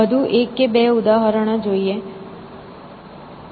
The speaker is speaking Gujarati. વધુ 1 કે 2 ઉદાહરણો જોઈએ